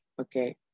Okay